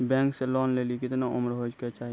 Bank से loan लेली केतना उम्र होय केचाही?